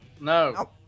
No